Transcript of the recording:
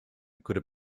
could